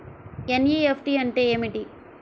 NEFT అంటే ఏమిటీ?